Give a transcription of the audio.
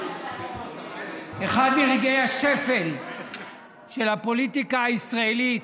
אחד מרגעי השפל של הפוליטיקה הישראלית,